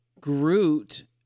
Groot